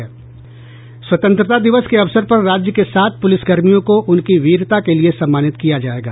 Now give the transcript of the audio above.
स्वतंत्रता दिवस के अवसर पर राज्य के सात प्रलिसकर्मियों को उनकी वीरता के लिए सम्मानित किया जायेगा